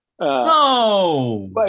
No